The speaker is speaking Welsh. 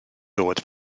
dod